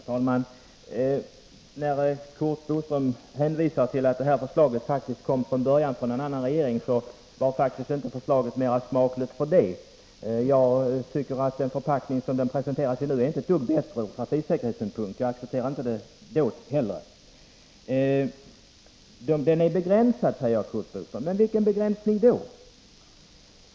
Herr talman! När Curt Boström hänvisar till att detta förslag från början kom från en annan regering, vill jag säga att förslaget därför inte är mera smakligt. Jag accepterade det inte heller då. Den förpackning som förslaget nu presenteras i är inte ett dugg bättre ur trafiksäkerhetssynpunkt. Mopeden har en begränsning, säger Curt Boström. Vilken begränsning?